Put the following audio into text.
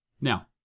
Now